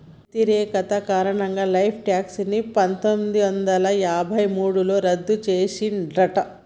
వ్యతిరేకత కారణంగా wealth tax ని పందొమ్మిది వందల యాభై మూడులో రద్దు చేసిండ్రట